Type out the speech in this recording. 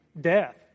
death